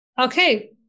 Okay